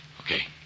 Okay